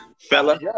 Fella